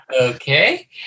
Okay